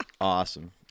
awesome